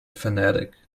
fanatic